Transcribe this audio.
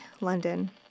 London